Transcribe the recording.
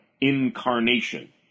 incarnation